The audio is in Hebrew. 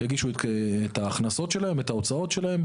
יגישו את ההכנסות שלהם את ההוצאות שלהם,